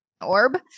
orb